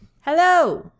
Hello